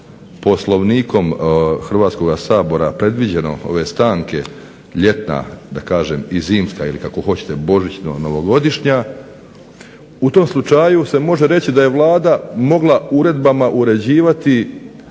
Poslovnikom Hrvatskoga sabora predviđeno, ove stanke ljetna da kažem i zimska ili kako hoćete božićno-novogodišnja u tom slučaju se može reći da je Vlada mogla uredbama uređivati